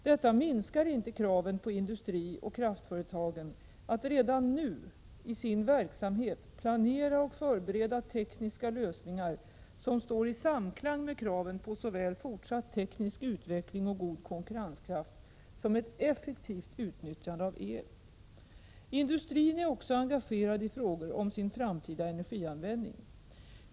Detta minskar inte kraven på industrioch kraftföretagen att redan nu i sin verksamhet planera och förbereda tekniska lösningar som står i samklang med kraven på såväl fortsatt teknisk utveckling och god konkurrenskraft som ett effektivt utnyttjande av el. Industrin är också engagerad i frågor om sin framtida energianvändning.